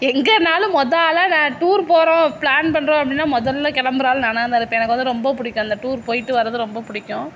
எங்கேனாலும் மொதல் ஆளாக நான் டூர் போகிறோம் ப்ளான் பண்றோம் அப்படினா முதல்ல கிளம்புற ஆள் நானாகதான் இருப்பேன் எனக்கு வந்து ரொம்ப பிடிக்கும் அந்த டூர் போயிட்டு வரது ரொம்ப பிடிக்கும்